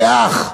כאח,